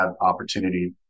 opportunity